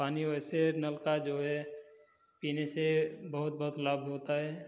पानी वैसे नल का जो है पीने से बहुत बहुत लाभ होता है